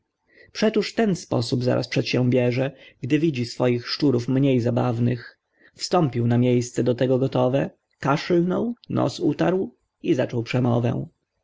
sławnych przetoż ten sposób zaraz przedsiębierze gdy widzi swoich szczurów mniej zabawnych wstąpił na miejsce do tego gotowe kaszlnął nos utarł i zaczął przemowę